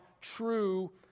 true